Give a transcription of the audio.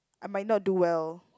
I might not do well